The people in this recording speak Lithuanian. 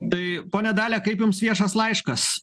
tai ponia dalia kaip jums viešas laiškas